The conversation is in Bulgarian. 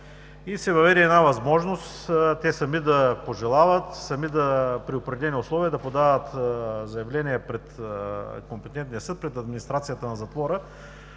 Въведе се една възможност те сами да пожелават, сами при определени условия да подават заявления пред компетентния съд, пред администрацията на затвора